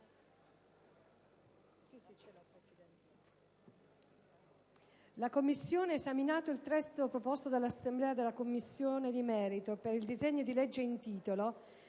1a Commissione permanente, esaminato il testo proposto all'Assemblea dalla Commissione di merito per il disegno di legge in titolo,